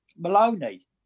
Maloney